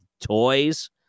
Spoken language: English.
toys